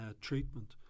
treatment